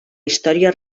història